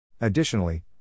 Additionally